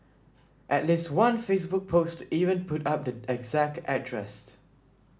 at least one Facebook post even put up the exact address